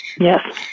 Yes